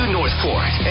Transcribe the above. Northport